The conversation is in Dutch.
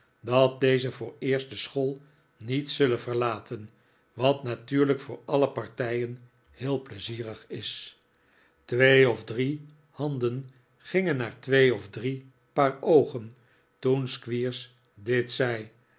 dat deze vooreerst de school niet zullen verlaten wat natuurlijk voor alle partijen heel pleizierig is twee of drie handen gingen naar twee of drie paar oogen toen squeers dit zei